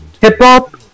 hip-hop